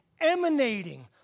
emanating